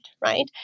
right